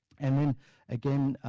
and then again,